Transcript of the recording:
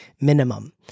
minimum